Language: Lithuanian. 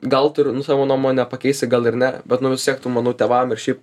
gal tu ir nu savo nuomonę pakeisi gal ir ne bet nu vis tiek tu manau tėvam ir šiaip